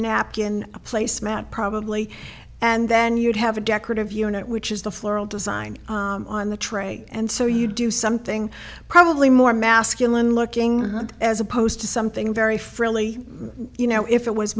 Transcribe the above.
napkin a placemat probably and then you'd have a decorative unit which is the floral design on the tray and so you do something probably more masculine looking as opposed to something very frilly you know if it was